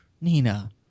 Nina